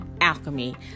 alchemy